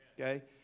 Okay